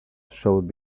showed